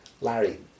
Larry